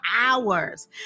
hours